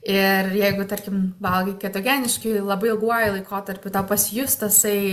ir jeigu tarkim valgai ketogeniškai labai ilguoju laikotarpiu tau pasijus tasai